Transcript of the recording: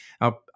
Now